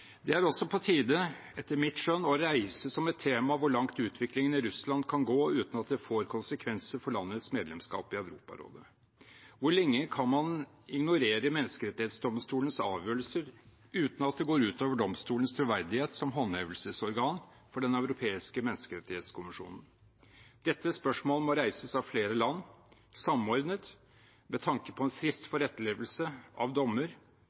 Det er også på tide, etter mitt skjønn, å reise som et tema hvor langt utviklingen i Russland kan gå uten at det får konsekvenser for landets medlemskap i Europarådet. Hvor lenge kan man ignorere Menneskerettsdomstolens avgjørelser uten at det går ut over domstolens troverdighet som håndhevelsesorgan for Den europeiske menneskerettskonvensjon? Dette spørsmålet må reises av flere land, samordnet, med tanke på en frist for etterlevelse av dommer